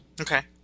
Okay